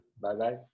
Bye-bye